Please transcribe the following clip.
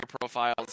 profiles